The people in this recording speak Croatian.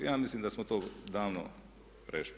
Ja mislim da smo to davno prešli.